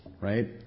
right